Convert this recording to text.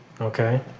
Okay